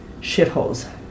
shitholes